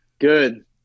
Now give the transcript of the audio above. Good